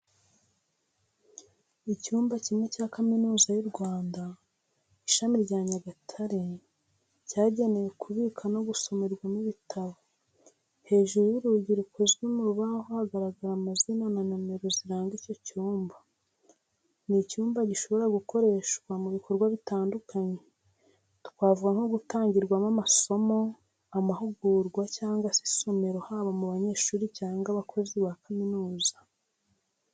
Icyumba kimwe cya Kaminuza y'u Rwanda, Ishami rya Nyagatare cyagenewe kubika no gusomerwamo ibitabo, hejuru y'urugi rukozwe mu rubaho hagaragara amazina na nomero ziranga icyo cyumba. Ni icyumba gishobora gukoreshwa mu bikorwa bitandukanye, twavuga nko gutangirwamo amasomo, amahugurwa, cyangwa se isomero haba ku banyeshuri cyangwa abakozi ba kaminuza.